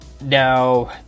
Now